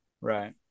Right